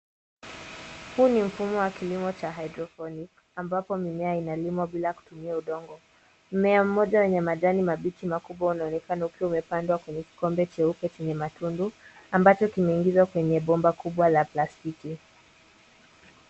Huu ni mfumo wa kilimo cha hydroponic ambapo mimea inalimwa bila kutumia udongo. Mmea mmoja wenye majani mabichi makubwa unaonekana ukiwa umepandwa kwenye kikombe cheupe chenye matundu ambacho kimeingizwa kwenye bomba kubwa la plastiki.